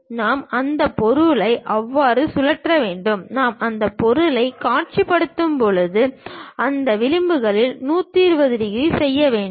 எனவே நாம் அந்த பொருளை அவ்வாறு சுழற்ற வேண்டும் நான் அந்த பொருளைக் காட்சிப்படுத்தும்போது இந்த விளிம்புகள் 120 டிகிரி செய்ய வேண்டும்